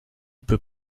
peut